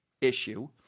issue